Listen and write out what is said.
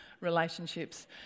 relationships